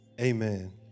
amen